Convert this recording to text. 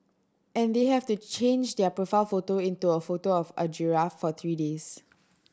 and they have to change their profile photo into a photo of a giraffe for three days